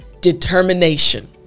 determination